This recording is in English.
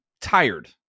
tired